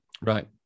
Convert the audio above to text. Right